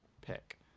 pick